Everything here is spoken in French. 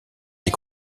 des